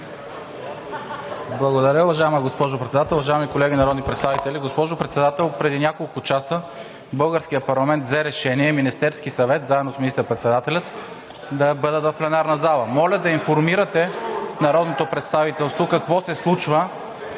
Благодаря. Уважаема госпожо Председател, уважаеми колеги народни представители! Госпожо Председател, преди няколко часа българският парламент взе решение Министерският съвет заедно с министър-председателя да бъдат в пленарната залата. Моля да информирате народното представителство какво се случва